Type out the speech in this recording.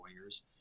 lawyers